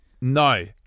No